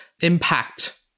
impact